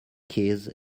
keys